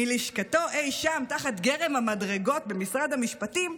מלשכתו אי שם תחת גרם המדרגות במשרד המשפטים,